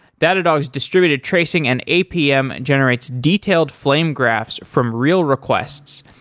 datadog's distributed tracing an apm and generates detailed flame graphs from real requests,